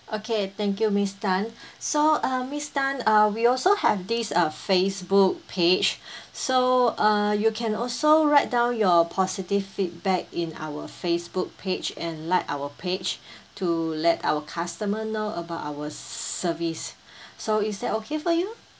okay thank you miss tan so uh miss tan uh we also have this uh Facebook page so uh you can also write down your positive feedback in our Facebook page and like our page to let our customer know about our service so is that okay for you